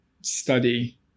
study